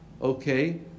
okay